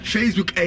Facebook